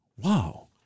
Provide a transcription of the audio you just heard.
Wow